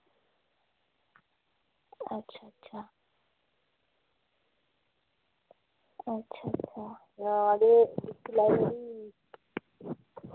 अच्छा अच्छा अच्छा अच्छा